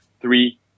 three